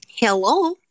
Hello